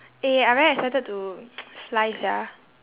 eh I very excited to fly sia